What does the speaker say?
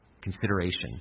Consideration